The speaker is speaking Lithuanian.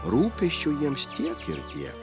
rūpesčių jiems tiek ir tiek